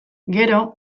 gero